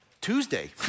Tuesday